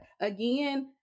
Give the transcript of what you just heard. again